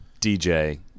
DJ